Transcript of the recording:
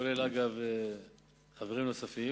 כולל עם חברים נוספים.